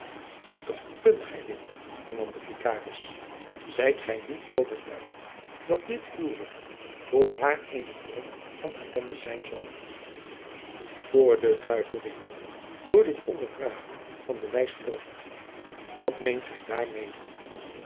doch kunt gij dit hernam de vikaris zijt gij niet overtuigd dat dit huwelijk voor haar eene bron van elende zijn zal jacob van lennep de pleegzoon voor den duivel riep mom door dit ondervragen van de wijs gebracht wat meent gij daar